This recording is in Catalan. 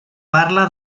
parla